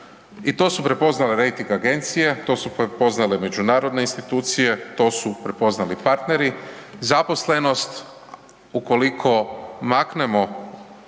i to su prepoznale rejting agencije, to su prepoznale međunarodne institucije, to su prepoznali partneri. Zaposlenost ukoliko maknemo